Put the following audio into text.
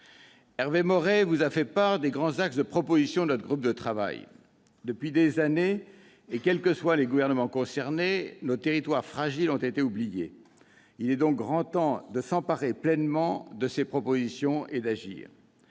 Hervé Maurey vous a fait part des grands axes de propositions de notre groupe de travail. Depuis des années, et quels que soient les gouvernements concernés, nos territoires fragiles ont été oubliés. Il est donc grand temps de s'emparer pleinement de ces propositions et d'agir